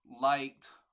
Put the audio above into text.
Liked